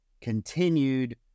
continued